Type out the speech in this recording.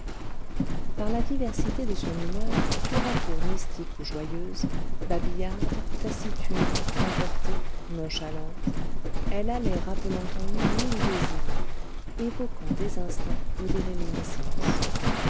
par la diversité de son humeur tour à tour mystique ou joyeuse babillarde taciturne emportée nonchalante elle allait rappelant en lui mille désirs évoquant des instincts ou des réminiscences